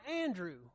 Andrew